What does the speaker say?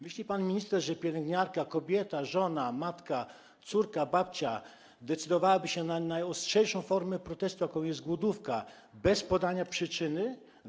Myśli pan minister, że pielęgniarka - kobieta, żona, matka, córka, babcia - decydowałaby się na najostrzejszą formę protestu, jaką jest głodówka, bez podania przyczyny?